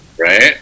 right